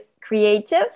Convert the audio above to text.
creative